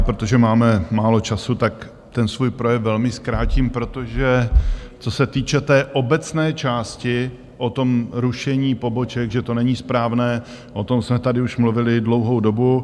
Protože máme málo času, tak svůj projev velmi zkrátím, protože co se týče obecné části o tom rušení poboček, že to není správné, o tom jsme tady už mluvili dlouhou dobu.